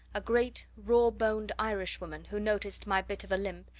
a great raw-boned irishwoman who noticed my bit of a limp,